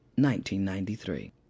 1993